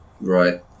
Right